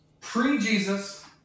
pre-Jesus